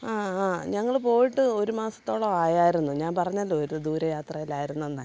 ആ ആ ഞങ്ങൾ പോയിട്ട് ഒരു മാസത്തോളം ആയായിരുന്നു ഞാൻ പറഞ്ഞല്ലോ ഒരു ദൂര യാത്രയിലായിരുന്നെന്ന്